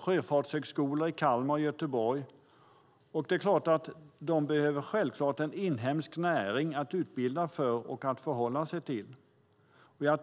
Sjöfartshögskolorna i Kalmar och Göteborg behöver självklart en inhemsk näring att utbilda för och att förhålla sig till.